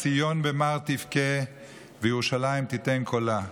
"ציון במר תבכה וירושלים תִתן קולה.